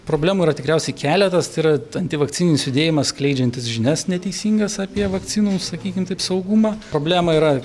problemų yra tikriausiai keletas tai yra anti vakcininis judėjimas skleidžiantis žinias neteisingas apie vakcinų sakykim taip saugumą problema yra